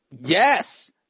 Yes